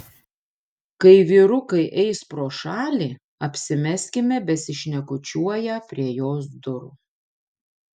kai vyrukai eis pro šalį apsimeskime besišnekučiuoją prie jos durų